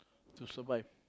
to survive